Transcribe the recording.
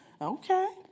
Okay